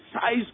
size